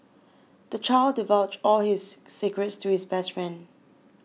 the child divulged all his secrets to his best friend